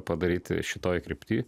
padaryti šitoj krypty